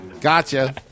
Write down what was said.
Gotcha